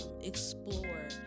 explore